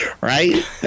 right